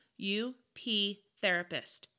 uptherapist